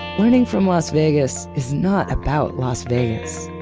learning from las vegas is not about las vegas.